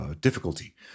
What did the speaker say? difficulty